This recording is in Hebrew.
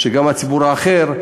שגם הציבור האחר,